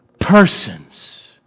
persons